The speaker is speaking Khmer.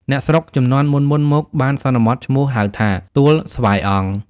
អ្នកស្រុកជំនាន់មុនៗ មក បានសន្មតឈ្មោះហៅថា "ទួលស្វាយអង្គ" ។